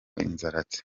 inzaratsi